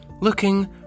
looking